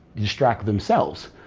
distract themselves.